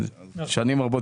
קיימת שנים רבות,